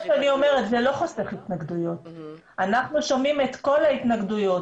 אנחנו שומעים את כל ההתנגדויות.